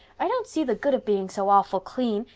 i don't see the good of being so awful clean.